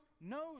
knows